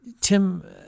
Tim